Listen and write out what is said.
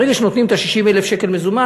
ברגע שנותנים את 60,000 השקל במזומן,